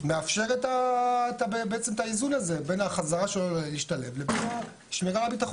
אז הפתרון לא יהיה הפרדה, אלא יהיה פתרון